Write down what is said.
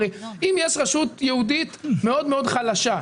הרי אם יש רשות יהודית מאוד מאוד חלשה,